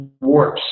warp